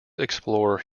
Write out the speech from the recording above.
explore